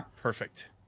perfect